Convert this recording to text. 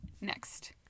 next